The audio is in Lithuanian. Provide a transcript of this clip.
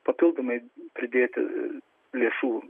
papildomai pridėti lėšų